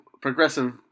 progressive